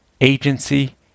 agency